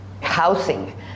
housing